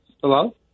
hello